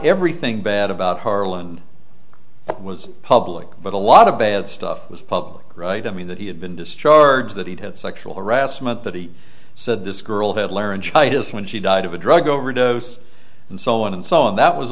everything bad about harland it was public but a lot of bad stuff was public right i mean that he had been discharged that he'd had sexual harassment that he said this girl had laryngitis when she died of a drug overdose and so on and so on that was